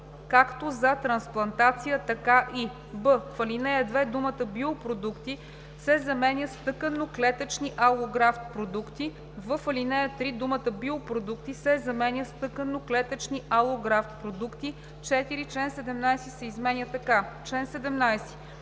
„както за трансплантация, така и“; б) в ал. 2 думата „биопродукти“ се заменя с „тъканно клетъчни алографт продукти“; в) в ал. 3 думата „биопродукти“ се заменя с „тъканно-клетъчни алографт продукти“. 4. Член 17 се изменя така: „Чл. 17.